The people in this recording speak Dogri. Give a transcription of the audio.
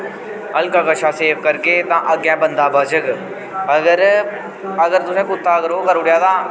हलका कशा सेव करगे तां अग्गें बन्दा बचग अगर अगर तुसें कुत्ता ओह् करी ओड़ेआ तां